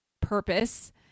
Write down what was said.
purpose